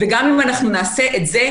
וגם אם אנחנו נעשה את זה,